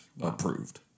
Approved